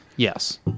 Yes